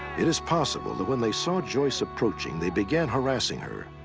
it is possible that when they saw joyce approaching they began harassing her.